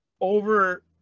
over